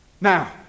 Now